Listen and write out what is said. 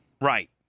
Right